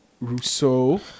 rousseau